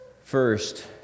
First